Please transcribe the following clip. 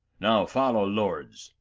now follow, lords,